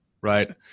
right